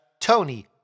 Tony